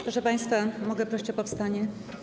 Proszę państwa, mogę prosić o powstanie?